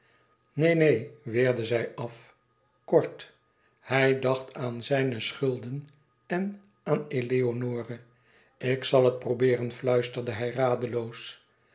neen neen weerde zij af kort hij dacht aan zijne schulden en aan eleonore ik zal het probeeren fluisterde hij radeloos